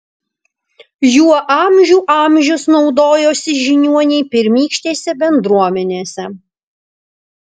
juo amžių amžius naudojosi žiniuoniai pirmykštėse bendruomenėse